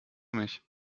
mich